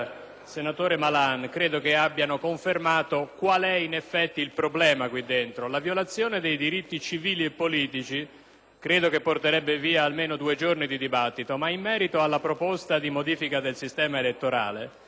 senatore Malan credo abbiano confermato quale sia in effetti il problema qui dentro; la violazione dei diritti civili e politici porterebbe via almeno due giorni di dibattito, ma in merito alla proposta di modifica dal sistema elettorale,